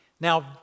Now